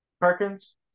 Perkins